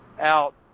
out